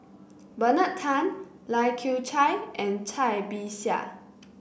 Bernard Tan Lai Kew Chai and Cai Bixia